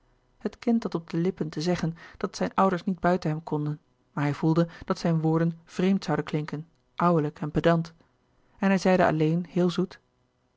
het kind had op de lippen te zeggen dat zijne ouders niet buiten hem konden maar hij voelde dat zijne woorden vreemd zouden klinken ouwelijk en pedant en hij zeide alleen heel zoet